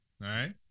right